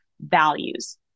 values